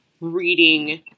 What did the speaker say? reading